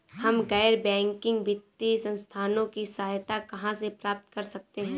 हम गैर बैंकिंग वित्तीय संस्थानों की सहायता कहाँ से प्राप्त कर सकते हैं?